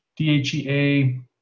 DHEA